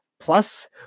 Plus